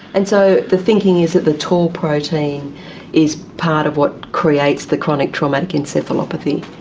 and so the thinking is that the tau protein is part of what creates the chronic traumatic encephalopathy?